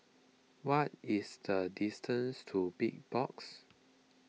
what is the distance to Big Box